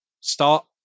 start